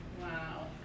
Wow